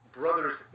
brothers